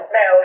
no